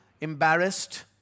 embarrassed